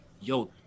Yo